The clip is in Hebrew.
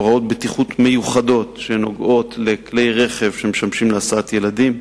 והוראות בטיחות מיוחדות שנוגעות לכלי רכב המשמשים להסעת ילדים,